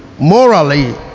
morally